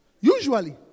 usually